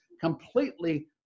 completely